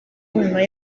nyuma